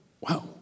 wow